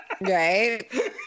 right